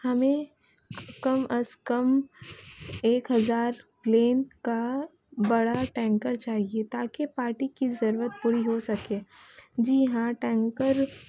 ہمیں کم از کم ایک ہزار لین کا بڑا ٹینکر چاہیے تاکہ پارٹی کی ضرورت پوری ہو سکے جی ہاں ٹینکر